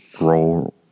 role